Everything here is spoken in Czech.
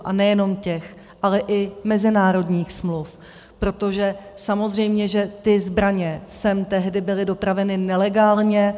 A nejenom těch, ale mezinárodních smluv, protože samozřejmě že ty zbraně sem tehdy byly dopraveny nelegálně.